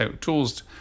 tools